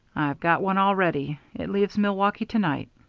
i've got one already. it leaves milwaukee to-night.